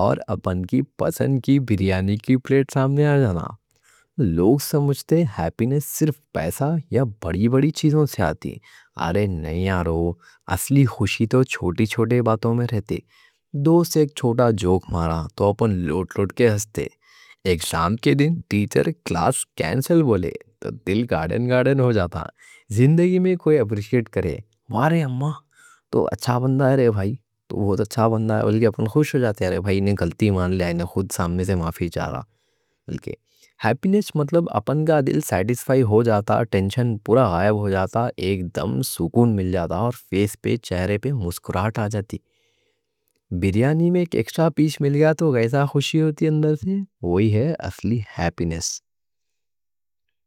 اور اپن کی پسند کی بریانی کی پلیٹ سامنے آ جانا. لوگ سمجھتے ہیپینیس صرف پیسہ یا بڑی بڑی چیزوں سے آتی. ارے نہیں میاں! اصلی خوشی تو چھوٹی چھوٹی باتوں میں رہتے. دوست ایک چھوٹا جوک مارا تو اپن لوٹ لوٹ کے ہنستے. ایک شام کے دن ٹیچر کلاس کینسل بولے تو دل گارڈن گارڈن ہو جاتا. زندگی میں کوئی اپریشیٹ کرے — واہ رے امّاں، تو اچھا بندہ ہے; رے بھائی، تو بہت اچھا بندہ ہے — بلکہ اپن خوش ہو جاتے. رے بھائی نے غلطی مان لیا، انہیں خود سامنے سے معافی چاہ رہا. بلکہ ہیپینیس مطلب اپن کا دل سیٹسفائی ہو جاتا، ٹینشن پورا غائب ہو جاتا، ایک دم سکون مل جاتا اور فیس پہ، چہرے پہ مسکراہٹ آ جاتی. بریانی میں ایک ایکسٹرہ پیس مل گیا تو کیسی خوشی ہوتی اندر سے — وہی ہے اصلی ہیپینیس.